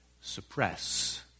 suppress